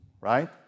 right